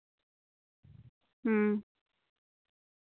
ᱦᱩᱸ